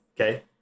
Okay